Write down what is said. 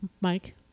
Mike